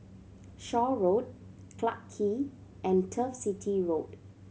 Shaw Road Clarke Quay and Turf City Road